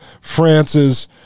France's